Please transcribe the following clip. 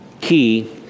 key